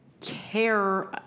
care